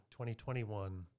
2021